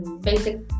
basic